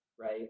right